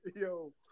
Yo